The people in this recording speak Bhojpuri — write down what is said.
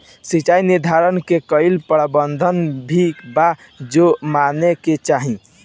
सिचाई निर्धारण के कोई मापदंड भी बा जे माने के चाही?